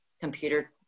computer